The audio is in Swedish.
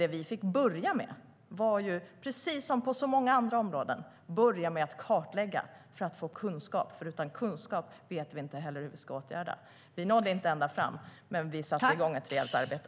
Det vi fick börja med var, precis som på så många andra områden, att göra en kartläggning för att få kunskap, för utan kunskap vet vi inte hur vi ska gå vidare med åtgärder. Vi nådde inte ända fram, men vi satte igång ett rejält arbete.